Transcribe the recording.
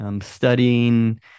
studying